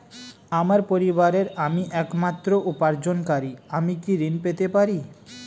আমার পরিবারের আমি একমাত্র উপার্জনকারী আমি কি ঋণ পেতে পারি?